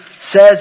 says